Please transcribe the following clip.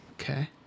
okay